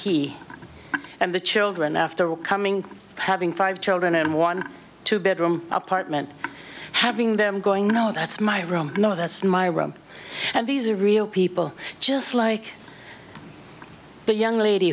key and the children after all coming having five children and one two bedroom apartment having them going no that's my room no that's my room and these are real people just like that young lady